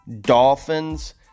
Dolphins